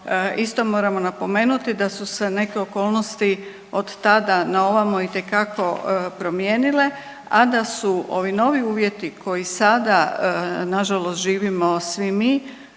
isto moramo napomenuti da su se neke okolnosti od tada naovamo itekako promijenile, a da su ovi novi uvjeti koji sada nažalost živimo svi mi